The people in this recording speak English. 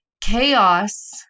Chaos